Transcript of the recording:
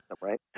right